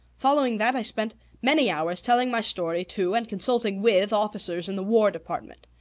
following that i spent many hours telling my story to and consulting with officers in the war department.